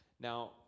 Now